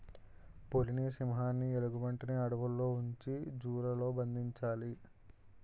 పులిని సింహాన్ని ఎలుగుబంటిని అడవుల్లో ఉంచి జూ లలో బంధించాలి